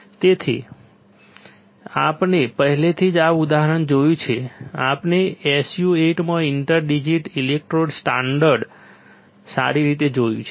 તેથી આપણે પહેલાથી જ આ ઉદાહરણ જોયું છે આપણે S U 8 માં ઇન્ટર ડિજિટલ ઇલેક્ટ્રોડ સ્ટાન્ડર્ડ સારી રીતે જોયું છે